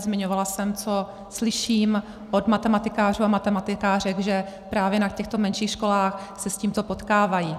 Zmiňovala jsem, co slyším od matematikářů a matematikářek, že právě na těchto menších školách se s tímto potkávají.